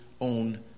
own